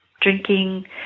drinking